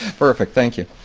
perfect. thank you.